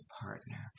partner